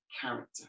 character